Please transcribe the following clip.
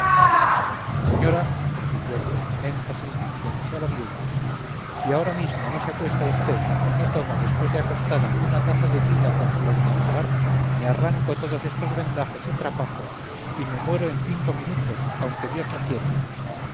señora prosiguió con gran énfasis dirigiéndose a la viuda si ahora mismo no se acuesta usted y no toma después de acostada una taza de tila con flor de azahar me arranco todos estos vendajes y trapajos y me muero en cinco minutos aunque dios no quiera